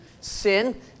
sin